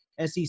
SEC